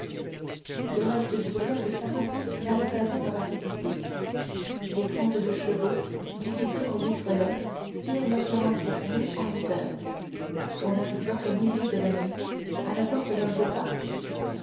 le reste du voyage s'accomplit avec la même rapidité les trente-deux chevaux divisés en huit relais firent leurs quarante-huit lieues en huit heures on arriva au milieu de la nuit à la porte d'un beau parc